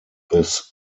this